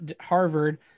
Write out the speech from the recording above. Harvard